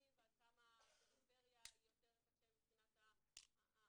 ועד כמה בפריפריה יותר קשה מבחינת המרכז,